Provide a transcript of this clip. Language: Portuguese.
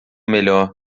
melhor